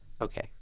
Okay